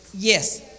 Yes